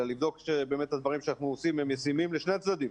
אלא לבדוק שבאמת הדברים שאנחנו עושים הם ישימים לשני הצדדים.